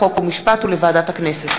חוק ומשפט ולוועדת הכנסת.